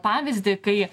pavyzdį kai